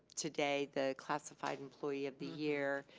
today the classified employee of the year,